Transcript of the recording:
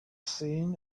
seen